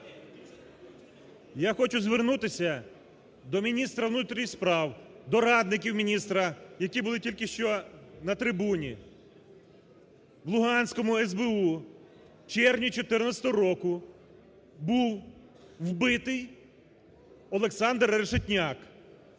Я хочу звернутися до міністра внутрішніх справ, до радників міністра, які були тільки що на трибуні. В Луганському СБУ у червні 2014 року був вбитий Олександр Решетняк.